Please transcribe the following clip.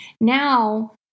Now